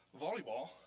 volleyball